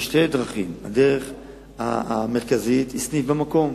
יש שתי דרכים, הדרך המרכזית היא סניף במקום.